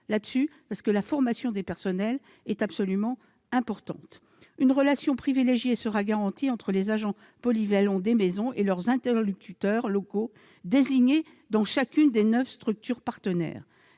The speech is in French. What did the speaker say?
ce point, car la formation des personnels est très importante. Une relation privilégiée sera garantie entre les agents polyvalents des maisons et leurs interlocuteurs locaux désignés dans chacune des neuf structures partenaires.